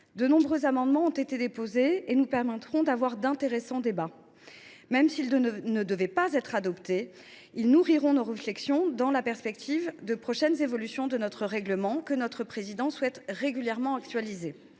De nombreux amendements ont été déposés sur ce texte. Leur examen nous permettra de mener d’intéressants débats. Même s’ils ne devaient pas être adoptés, ils nourriront notre réflexion dans la perspective de prochaines évolutions de notre règlement, que notre président souhaite régulièrement actualiser.